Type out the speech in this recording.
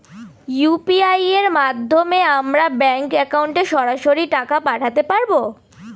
UPI এর মাধ্যমে আমরা ব্যাঙ্ক একাউন্টে সরাসরি টাকা পাঠাতে পারবো?